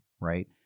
Right